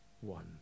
one